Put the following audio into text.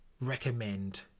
recommend